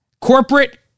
Corporate